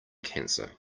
cancer